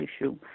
issue